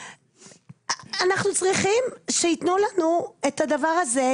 אנחנו צריכים שיתנו לנו את הדבר הזה,